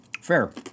Fair